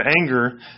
anger